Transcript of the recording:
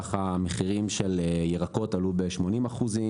ככה מחירים של ירקות עלו ב-80 אחוזים,